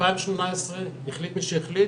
ב-2018 החליט מי שהחליט